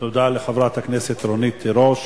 תודה לחברת הכנסת רונית תירוש.